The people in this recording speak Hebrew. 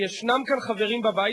שיש כאן חברים בבית,